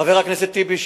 חבר הכנסת טיבי,